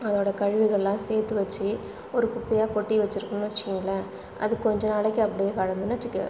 அதோடய கழிவுகளெலாம் சேர்த்து வச்சு ஒரு குப்பையாக கொட்டி வெச்சுருக்கோம்னு வெச்சுக்கங்களேன் அது கொஞ்சம் நாளைக்கு அப்படியே கிடந்துதுன்னு வைச்சிக்க